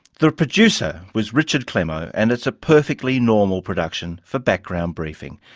the producer was richard clemmow and it's a perfectly normal production for background briefing.